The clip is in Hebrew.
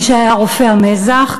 מי שהיה רופא המזח.